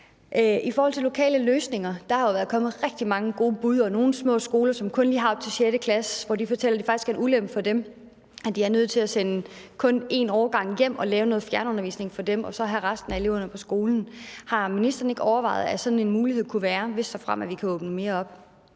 I forhold til lokale løsninger: Der er jo kommet rigtig mange gode bud, og nogle små skoler, som jo kun har op til 6. klasse, fortæller, at det faktisk er en ulempe for dem, at de er nødt til at sende kun én årgang hjem og lave noget fjernundervisning for dem og så have resten af eleverne på skolen. Har ministeren ikke overvejet, hvad en mulighed her kunne være, hvis og såfremt vi kan åbne mere op?